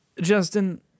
Justin